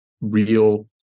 real